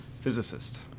physicist